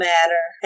Matter